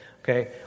Okay